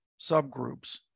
subgroups